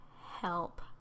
Help